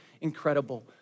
incredible